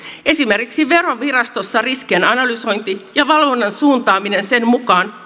esimerkiksi verovirastossa riskien analysointi ja valvonnan suuntaaminen sen mukaan